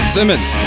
Simmons